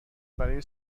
برای